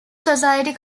society